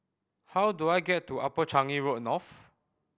how do I get to Upper Changi Road North